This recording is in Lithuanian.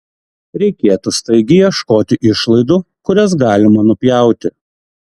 reikėtų staigiai ieškoti išlaidų kurias galima nupjauti